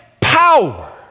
power